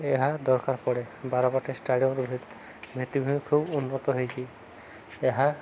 ଏହା ଦରକାର ପଡ଼େ ବାରବାଟୀ ଷ୍ଟାଡ଼ିୟମ ଭିତ୍ତିଭୂମି ଖୁବ ଉନ୍ନତ ହେଇଛି ଏହା